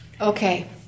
okay